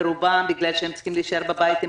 ורובם בגלל שהם צריכים להישאר בבית עם